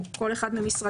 או את כל אחד ממשרדה,